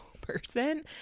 person